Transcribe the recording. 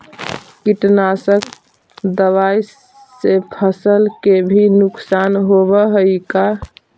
कीटनाशक दबाइ से फसल के भी नुकसान होब हई का?